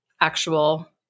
actual